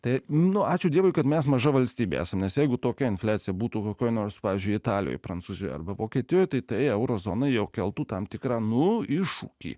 tai nu ačiū dievui kad mes maža valstybė esą nes jeigu tokia infliacija būtų kokioje nors pavyzdžiui italijoje prancūzijoje arba vokietijoje tai tai euro zonai jau keltų tam tikrą nu iššūkį